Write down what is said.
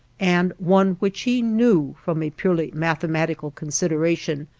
and one which he knew, from a purely mathematical consideration,